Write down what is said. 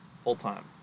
full-time